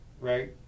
right